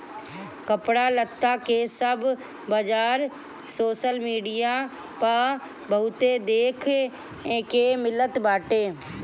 कपड़ा लत्ता के सब बाजार सोशल मीडिया पअ बहुते देखे के मिलत बाटे